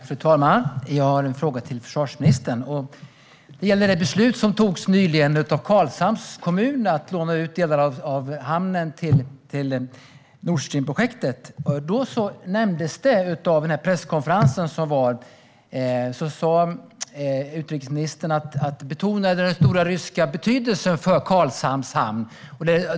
Fru talman! Jag har en fråga till försvarsministern. Den gäller det beslut som fattades nyligen av Karlshamns kommun om att låna ut delar av hamnen till Nord Stream-projektet. Vid presskonferensen betonade utrikesministern den stora ryska betydelsen för Karlshamns hamn.